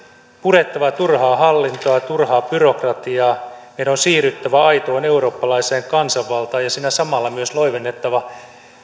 purettava turhaa hallintoa ja turhaa byrokratiaa meidän on siirryttävä aitoon eurooppalaiseen kansanvaltaan ja siinä samalla myös loivennettava